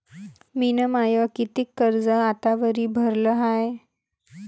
मिन माय कितीक कर्ज आतावरी भरलं हाय?